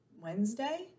Wednesday